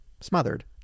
smothered